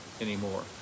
anymore